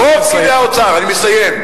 אני מסיים.